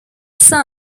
son